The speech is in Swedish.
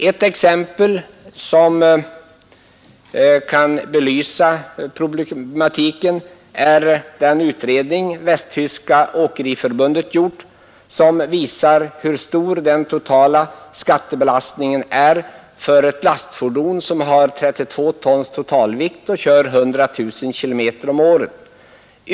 Ett exempel som kan belysa problematiken är den utredning det västtyska åkeriförbundet gjort. Den visar hur stor den totala skattebelastningen är för ett lastfordon som har 32 tons totalvikt och kör 100 000 km om året.